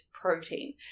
protein